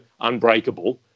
unbreakable